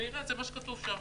ויראה את זה מה שכתוב שם.